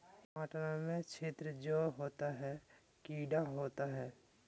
टमाटर में छिद्र जो होता है किडा होता है?